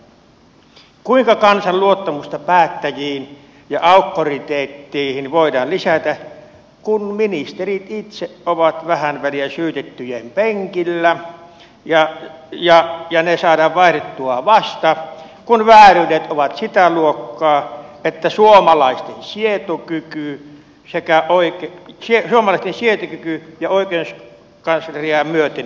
kuinka kansan luottamusta päättäjiin ja auktoriteetteihin voidaan lisätä kun ministerit itse ovat vähän väliä syytettyjen penkillä ja ne saadaan vaihdettua vasta kun vääryydet ovat sitä luokkaa että suomalaisten sietokyky oikeuskansleria myöten ylittyy